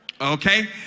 okay